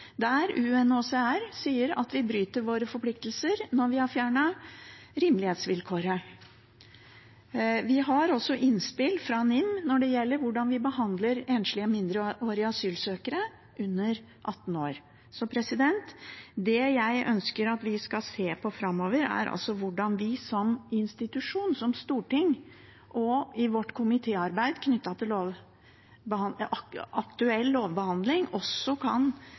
sier at vi bryter våre forpliktelser når vi har fjernet rimelighetsvilkåret. Vi har også innspill fra NIM når det gjelder hvordan vi behandler enslige mindreårige asylsøkere under 18 år. Det jeg ønsker at vi skal se på framover, er hvordan vi som institusjon, som storting, og i vårt komitéarbeid knyttet til aktuell lovbehandling også kan